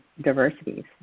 diversities